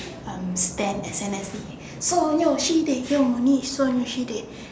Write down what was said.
um stan S_N_S_D seonyuh sidae yeongwhonhi seonyuh sidae